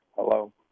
Hello